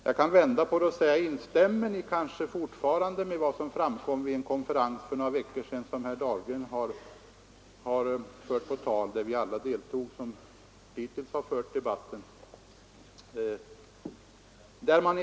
Jag kan vända på frågan och säga: Instämmer ni fortfarande i vad som framkom vid en konferens för några veckor sedan, som herr Dahlgren har fört på tal och där vi alla deltog som hittills har fört debatten?